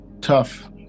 tough